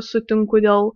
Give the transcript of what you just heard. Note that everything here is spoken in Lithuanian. sutinku dėl